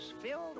filled